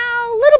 little